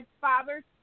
father's